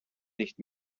nicht